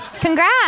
congrats